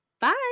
bye